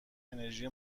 انرژی